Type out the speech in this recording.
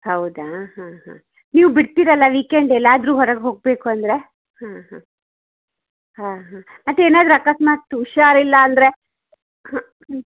ಹೌದ ಹಾಂ ಹಾಂ ನೀವು ಬಿಡ್ತೀರಲ್ಲ ವೀಕೆಂಡ್ ಎಲ್ಲಾದರೂ ಹೊರಗೆ ಹೋಗ್ಬೇಕು ಅಂದರೆ ಹಾಂ ಹಾಂ ಹಾಂ ಹಾಂ ಮತ್ತು ಏನಾದರೂ ಅಕಸ್ಮಾತು ಹುಷಾರಿಲ್ಲ ಅಂದರೆ ಹಾಂ ಹ್ಞೂ